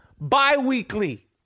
bi-weekly